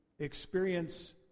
experience